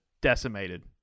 decimated